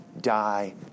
die